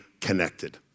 connected